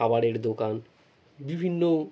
খাবারের দোকান বিভিন্ন